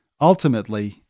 Ultimately